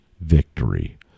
victory